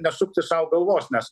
nesukti sau galvos nes